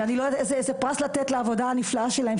ואני לא יודעת איזה פרס לתת לעבודה הנפלאה שלהם,